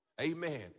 Amen